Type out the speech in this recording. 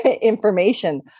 information